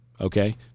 okay